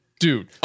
Dude